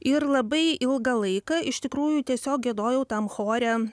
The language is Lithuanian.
ir labai ilgą laiką iš tikrųjų tiesiog giedojau tam chore